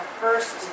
first